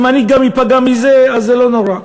אם גם אני אפגע מזה אז זה לא נורא.